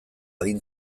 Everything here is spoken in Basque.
adin